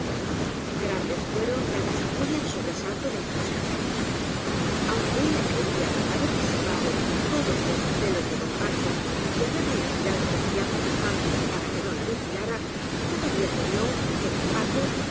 grandes fueron la desazón y el sobresalto de la muchacha aunque ella creía haber disipado todos los recelos de don paco y haberle inspirado con fianza bastante para que no la vigilara todavía temió que don paco